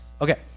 Okay